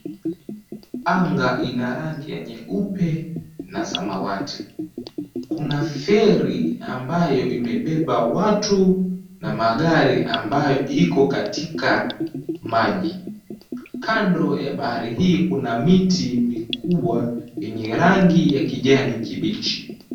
Anga ina rangi yenye nyeupe na samawati. Kuna feri ambayo imebeba watu na magari ambayo iko katika maji. Kando ya bahari hii kuna miti mikubwa yenye rangi ya kijani kibichi.